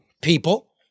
people